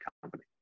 company